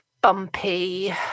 bumpy